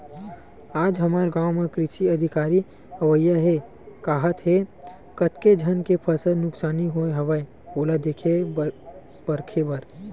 आज हमर गाँव म कृषि अधिकारी अवइया हे काहत हे, कतेक झन के फसल नुकसानी होय हवय ओला देखे परखे बर